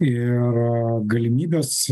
ir galimybes